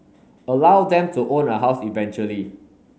allow them to own a house eventually